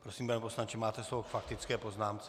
Prosím, pane poslanče, máte slovo k faktické poznámce.